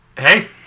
Hey